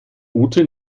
ute